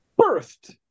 birthed